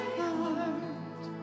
heart